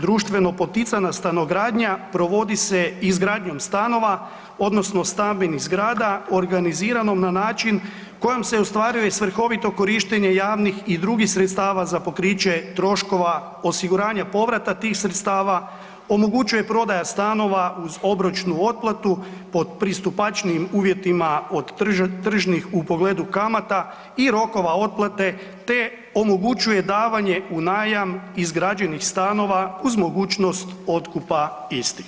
Društveno poticana stanogradnja provodi se izgradnjom stanova odnosno stambenih zgrada organiziranom na način kojom se ostvaruje svrhovito korištenje javnih i drugih sredstava za pokriće troškova osiguranja povrata tih sredstava, omogućuje prodaja stanova uz obročnu otplatu po pristupačnijim uvjetima od tržnih u pogledu kamata i rokova otplate, te omogućuje davanje u najam izgrađenih stanova uz mogućnost otkupa istih.